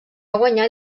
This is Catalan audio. guanyar